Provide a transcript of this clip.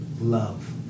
love